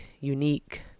unique